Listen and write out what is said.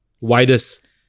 widest